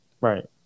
Right